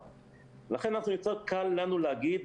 יותר קל לנו להגיד,